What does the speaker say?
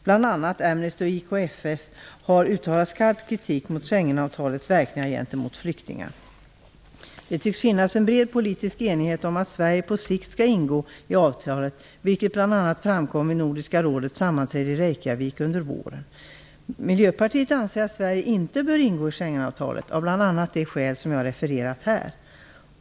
Bl.a. Amnesty och IKFF har uttalat skarp kritik mot Schengenavtalets verkningar gentemot flyktingar. Det tycks finnas en bred politisk enighet om att Sverige på sikt skall ingå i avtalet, vilket bl.a. framkom vid Nordiska rådets sammanträde i Reykjavik under våren. Miljöpartiet anser att Sverige inte bör ingå i Schengenavtalet av bl.a. de skäl som jag har refererat här.